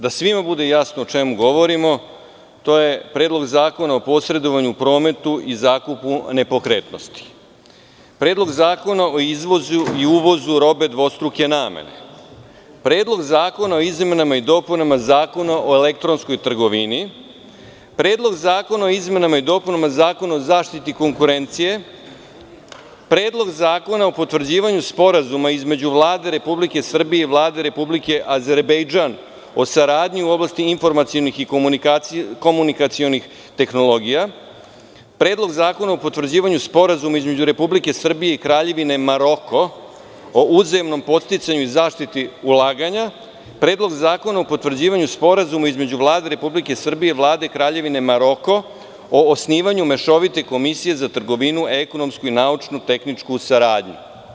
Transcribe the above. Da svima bude jasno o čemu govorimo, to su: Predlog zakona o posredovanju u prometu i zakupu nepokretnosti; Predlog zakona o izvozu i uvozu robe dvostruke namene; Predlog zakona o izmenama i dopunama Zakona o elektronskoj trgovini; Predlog zakona o izmenama i dopunama Zakona o zaštiti konkurencije; Predlog zakona o potvrđivanju Sporazuma između Vlade Republike Srbije i Vlade Republike Azerbejdžan o saradnji u oblasti informacionih i komunikacionih tehnologija; Predlog zakona o potvrđivanju Sporazuma između Republike Srbije i Kraljevine Maroko o uzajamnom podsticanju i zaštiti ulaganja i Predlog zakona o potvrđivanju Sporazuma između Vlade Republike Srbije i Vlade Kraljevine Maroko o osnivanju mešovite komisije za trgovinu, ekonomsku i naučno-tehničku saradnju.